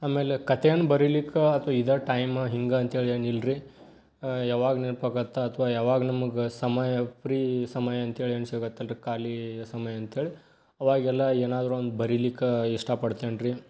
ಆಮೇಲೆ ಕತೆಯನ್ನು ಬರಿಲಿಕ್ಕೆ ಅಥವಾ ಇದೇ ಟೈಮ್ ಹಿಂಗೆ ಅಂತ್ಹೇಳಿ ಏನು ಇಲ್ಲರಿ ಯಾವಾಗ ನೆನಪಾಗತ್ತೆ ಅಥವಾ ಯಾವಾಗ ನಮ್ಗೆ ಸಮಯ ಫ್ರೀ ಸಮಯ ಅಂತ್ಹೇಳಿ ಏನು ಸಿಗತ್ತಲ್ಲ ರೀ ಖಾಲಿ ಸಮಯ ಅಂತ್ಹೇಳಿ ಆವಾಗೆಲ್ಲ ಏನಾದ್ರೂ ಒಂದು ಬರೀಲಿಕ್ಕೆ ಇಷ್ಟಪಡ್ತೇನಿ ರೀ